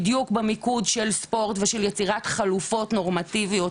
בדיוק במיקוד של ספורט ושל יצירת חלופות נורמטיביות